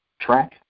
track